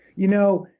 you know,